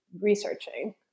researching